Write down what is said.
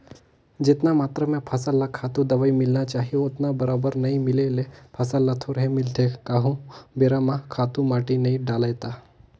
जेतना मातरा में फसल ल खातू, दवई मिलना चाही ओतका बरोबर नइ मिले ले फसल ल थोरहें मिलथे कहूं बेरा म खातू माटी नइ डलय ता